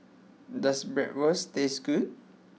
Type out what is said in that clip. does Bratwurst taste good